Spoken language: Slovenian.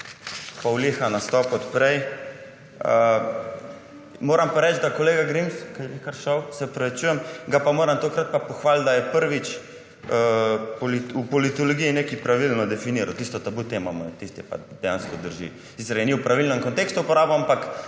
pavliha nastop od prej. Moram pa reči, da kolega Grims, ker je že kar šel, se opravičujem, ga pa moram tokrat pa pohvaliti, da je prvič v politologiji nekaj pravilno definiral, tisto tabu temo, tista pa dejansko drži. Sicer je ni v pravilnem kontekstu uporabil, ampak